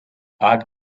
odd